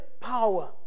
power